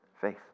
faith